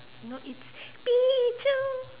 you know it's Pichu